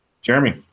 Jeremy